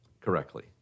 correctly